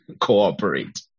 cooperate